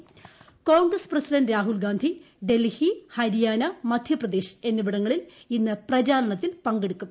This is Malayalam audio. ക്ടോൺഗ്ഗ്സ് പ്രസിഡന്റ് രാഹുൽ ഗാന്ധി ഡെൽഹി ഹരിയാന മദ്ധ്യപ്രദ്ദേശ് എന്നിവിടങ്ങളിൽ ഇന്ന് പ്രചാരണത്തിൽ പങ്കെടുക്കും